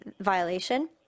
violation